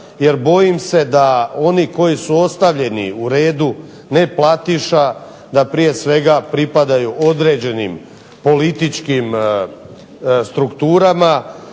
Jer bojim se da oni koji su ostavljeni u redu neplatiša da prije svega pripadaju određenim političkim strukturama